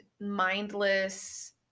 mindless